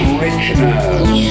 richness